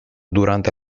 durante